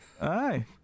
Aye